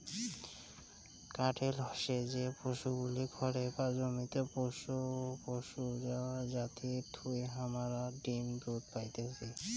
কাটেল হসে যে পশুগুলি ঘরে বা জমিতে পোষ্য পশু যাদির থুই হামারা ডিম দুধ পাইতেছি